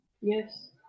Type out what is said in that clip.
Yes